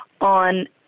on